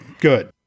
Good